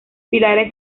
pilares